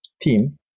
team